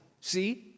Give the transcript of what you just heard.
See